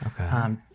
okay